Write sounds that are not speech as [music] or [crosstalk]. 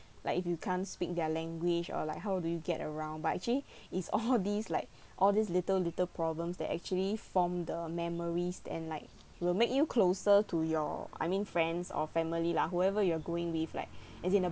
like if you can't speak their language or like how do you get around but actually [breath] it's all these like all these little little problems that actually form the memories that and like will make you closer to your I mean friends or family lah whoever you are going with like [breath] as in the